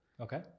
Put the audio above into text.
Okay